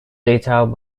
detail